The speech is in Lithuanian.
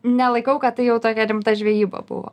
nelaikau kad tai jau tokia rimta žvejyba buvo